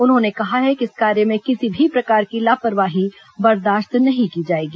उन्होंने कहा है कि इस कार्य में किसी भी प्रकार की लापरवाही बर्दाश्त नहीं की जाएगी